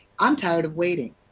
um tired of waiting.